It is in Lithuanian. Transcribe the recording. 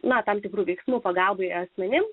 na tam tikrų veiksmų pagalbai asmenims